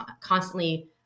constantly